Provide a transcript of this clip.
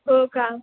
हो का